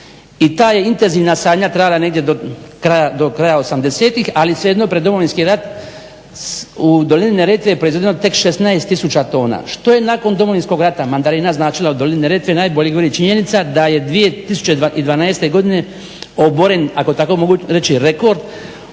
i ta intenzivna sadnja trajala negdje do kraja 80-tih ali svejedno je pred Domovinski rat u dolini Neretve proizvedeno tek 16 tisuća tona. Što je nakon Domovinskog rata mandarina značila u dolini Neretve najbolje govori činjenica da je 2012. godine oboren ako tako mogu reći rekord